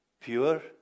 pure